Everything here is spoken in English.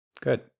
Good